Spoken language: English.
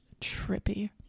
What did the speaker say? Trippy